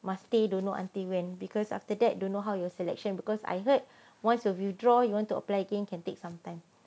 must stay don't know until when because after that don't know how your selection because I heard once you withdraw you want to apply again can take some time if not